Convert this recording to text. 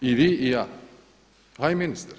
I vi i ja, a i ministar.